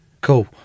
Cool